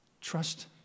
trust